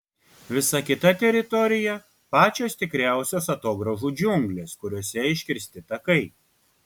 visa kita teritorija pačios tikriausios atogrąžų džiunglės kuriose iškirsti takai